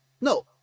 No